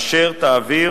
אשר תעביר